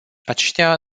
aceștia